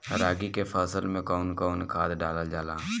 रागी के फसल मे कउन कउन खाद डालल जाला?